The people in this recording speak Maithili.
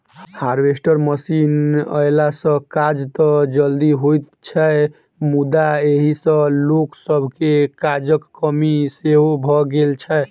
हार्वेस्टर मशीन अयला सॅ काज त जल्दी होइत छै मुदा एहि सॅ लोक सभके काजक कमी सेहो भ गेल छै